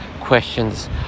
questions